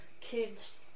kids